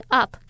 up